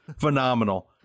phenomenal